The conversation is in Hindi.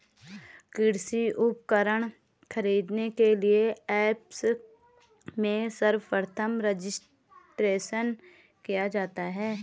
कृषि उपकरण खरीदने के लिए ऐप्स में सर्वप्रथम रजिस्ट्रेशन किया जाता है